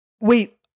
Wait